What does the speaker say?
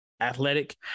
athletic